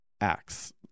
acts